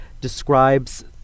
describes